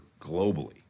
globally